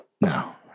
No